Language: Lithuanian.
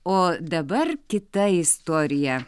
o dabar kita istorija